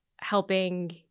helping